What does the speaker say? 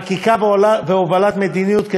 חקיקה והובלת מדיניות,